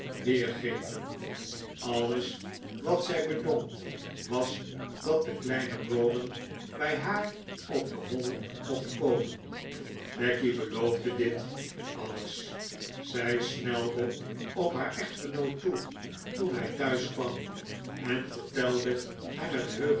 weergeven alles wat zij bedong was dat de kleine rawdon bij haar op de hall mocht komen becky beloofde dit alles zij snelde op haar echtgenoot toe toen hij thuis kwam en vertelde hem het